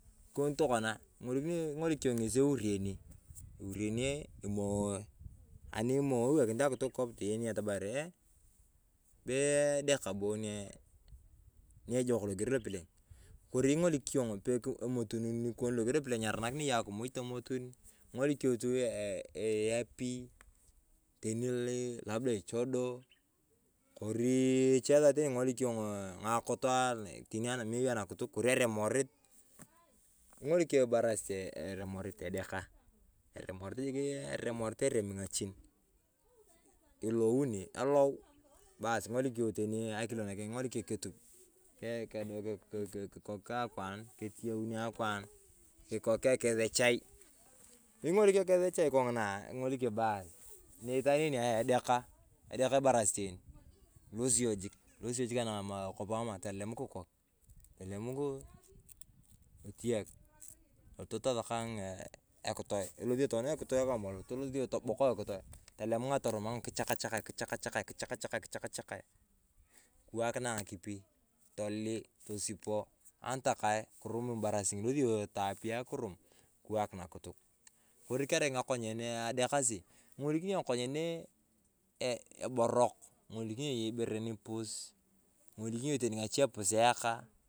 Uoni tokona ing’oliu yong ng'esi eureni, eureni imooe, ani imooe iwakinit akituk kop toyen yong atamari eeh bee edekaa boo nyee nyejok loger lopelem inyaranakinea akimuj tomotun king’olik yong tu eeh eeh iyapii teni liil labdaaa ichodoo, kori eche esaa king’olik yong’oo ng'akoot ooaa teni ami anikituk kori eremorit. Ing'olik yong ibarasit eremorit, edekaa. Eremorit jikii eremorit eremi ng’achin. Ilouni, elou bas king’olik yong teni akilo nakeng king'olik yong ketum ke ko ko ku ketiyaun akwaan esichai. Ing'olik yong kesechai kong'ina king'olik yong bas nitaan enia edekaa, edekaa ibarasit eni. Ilosit yong jik, elosi yong jik anak amaa kopaa amaa tolem kikony tolem totiyeng tosakaa eeh ekitoe, elosi tokona ekitoe kamaa lo tobakaa ekitoe tolem ng’atoromaa kichakchakak kichakchakak kichakchakae tolemunae ng’akipi tolii tosipoo anitokae kirom ibarasit ng'oni. Ilosit yong taapiyaa kirom kiwak nakituk kori kerai ng’akonyen edekasi, ing’olikini yong ng'akonyen ebirok, ing'olikini yong iyei ibere nipus, ing'olikini yong tani ng’ache epusiekaa.